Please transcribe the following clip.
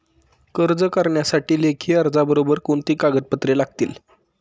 कर्ज करण्यासाठी लेखी अर्जाबरोबर कोणती कागदपत्रे लागतील?